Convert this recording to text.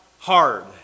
hard